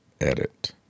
edit